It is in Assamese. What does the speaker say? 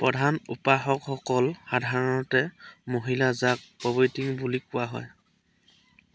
প্ৰধান উপাসকসকল সাধাৰণতে মহিলাযাক প'ৰ্বৈটিন বুলি কোৱা হয়